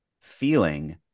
feeling